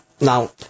Now